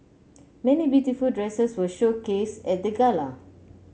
many beautiful dresses were showcased at the gala